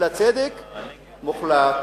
אלא צדק מוחלט.